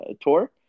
tour